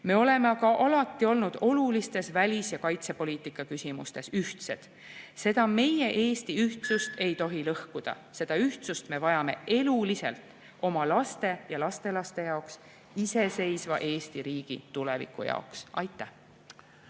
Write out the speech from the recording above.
Me oleme alati olnud ka olulistes välis- ja kaitsepoliitika küsimustes ühtsed. Seda meie Eesti ühtsust ei tohi lõhkuda, seda ühtsust me vajame eluliselt oma laste ja lastelaste jaoks, iseseisva Eesti riigi tuleviku jaoks. Aitäh!